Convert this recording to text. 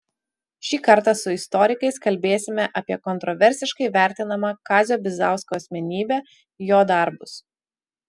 šį kartą su istorikais kalbėsime apie kontraversiškai vertinamą kazio bizausko asmenybę jo darbus